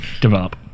develop